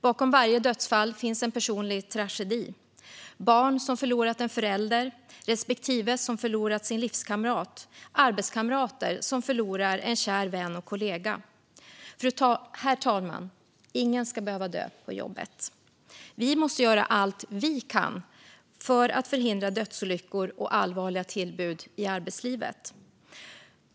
Bakom varje dödsfall finns en personlig tragedi - barn som förlorat en förälder, respektive som förlorat sin livskamrat, arbetskamrater som förlorat en kär vän och kollega. Herr talman! Ingen ska behöva dö på jobbet. Vi måste göra allt vi kan för att förhindra dödsolyckor och allvarliga tillbud i arbetslivet.